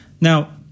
Now